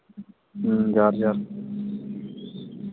ᱦᱮᱸ ᱡᱚᱦᱟᱨ ᱡᱚᱦᱟᱨ